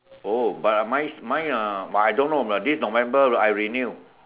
oh but I mine mine uh but I don't know this November I renew